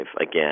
again